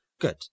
Good